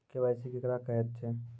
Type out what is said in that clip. KYC केकरा कहैत छै?